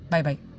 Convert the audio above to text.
Bye-bye